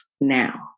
now